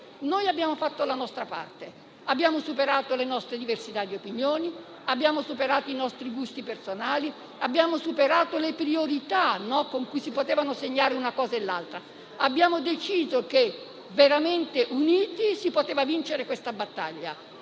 Noi abbiamo fatto la nostra parte, abbiamo superato le nostre diversità di opinioni, i nostri gusti personali, le priorità con cui si potevano segnare una cosa e l'altra; abbiamo deciso che veramente uniti si poteva vincere questa battaglia.